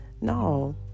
no